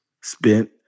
spent